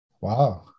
Wow